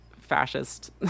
fascist